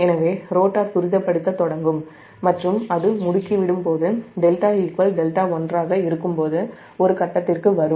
எனவே ரோட்டார் துரிதப்படுத்தத் தொடங்கும் மற்றும் அது முடுக்கிவிடும் போது δδ1ஆக இருக்கும்போது ஒரு ஃபேஸ்ற்கு வரும்